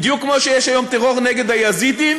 בדיוק כמו שיש היום טרור נגד היזידים,